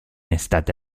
estate